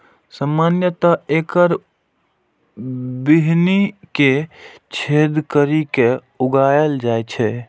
सामान्यतः एकर बीहनि कें छेद करि के लगाएल जाइ छै